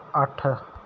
ਅੱਠ